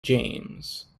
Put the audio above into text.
james